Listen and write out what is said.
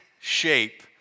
shape